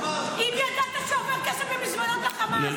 אם ידעת שעובר כסף במזוודות לחמאס,